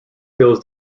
kills